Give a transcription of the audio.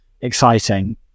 exciting